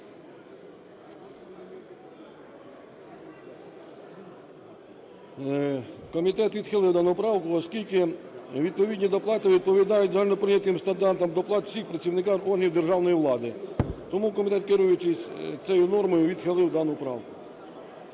Комітет відхилив дану поправку, оскільки відповідні доплати відповідають загальноприйнятим стандартам доплат всім працівникам органів державної влади. Тому комітет, керуючись цією нормою, відхилив дану правку.